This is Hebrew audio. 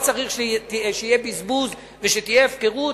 לא צריך שיהיה בזבוז ושתהיה הפקרות,